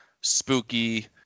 spooky